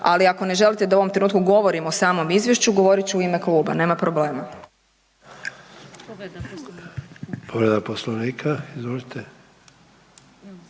Ali ako ne želite da ovom trenutku govorim o samom izvješću, govorit ću u ime kluba, nema problema.